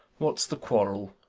what's the quarrel?